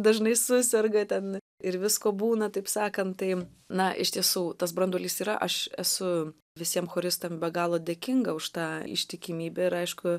dažnai suserga ten ir visko būna taip sakant tai na iš tiesų tas branduolys yra aš esu visiem choristam be galo dėkinga už tą ištikimybę ir aišku